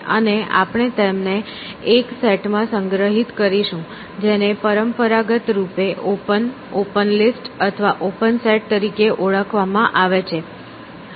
અને આપણે તેમને એક સેટ માં સંગ્રહિત કરીશું જેને પરંપરાગત રૂપે ઓપન ઓપન લિસ્ટ અથવા ઓપન સેટ તરીકે ઓળખવામાં આવે છે